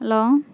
hello